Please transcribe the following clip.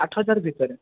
ଆଠହଜାର ଭିତରେ